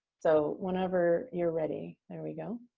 so, whenever you're ready. there we go.